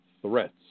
threats